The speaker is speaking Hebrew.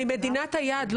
ממדינת היעד.